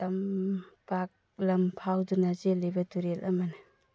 ꯇꯝꯄꯥꯛꯂꯝ ꯐꯥꯎꯗꯨꯅ ꯆꯦꯜꯂꯤꯕ ꯇꯨꯔꯦꯜ ꯑꯃꯅꯤ